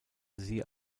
sie